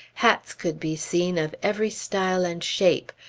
hats could be seen of every style and shape,